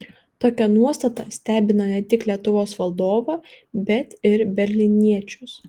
tokia nuostata stebino ne tik lietuvos vadovą bet ir berlyniečius